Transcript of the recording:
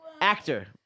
actor